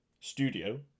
Studio